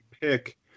pick